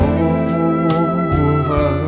over